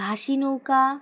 ঘাসি নৌকা